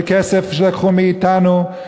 של כסף שלקחו מאתנו.